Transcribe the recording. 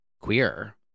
queer